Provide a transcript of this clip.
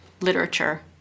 literature